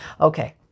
Okay